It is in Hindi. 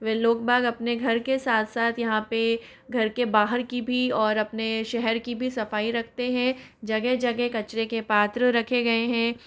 वह लोग बाग अपने घर के साथ साथ यहाँ पे घर के बाहर की भी और अपने शहर की भी सफाई रखते है जगह जगह कचरे के पात्र रखे गए हैं